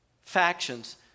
Factions